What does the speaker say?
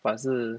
but 是